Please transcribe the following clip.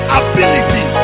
ability